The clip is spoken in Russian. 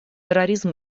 терроризм